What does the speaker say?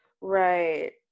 Right